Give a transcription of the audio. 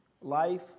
Life